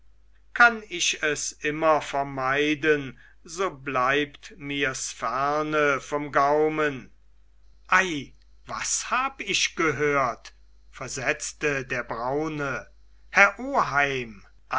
kann ich es immer vermeiden so bleibt mirs ferne vom gaumen ei was hab ich gehört versetzte der braune herr